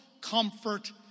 comfort